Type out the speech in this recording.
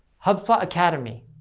hubspot academy.